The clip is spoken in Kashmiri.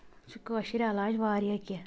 اَتھ چھِ کٲشِرۍ علاج واریاہ کیٚنٛہہ